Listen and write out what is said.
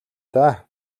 даа